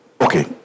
okay